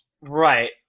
Right